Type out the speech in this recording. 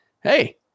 hey